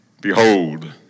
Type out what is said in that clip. Behold